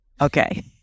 Okay